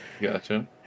Gotcha